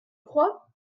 crois